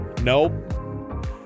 Nope